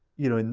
you know,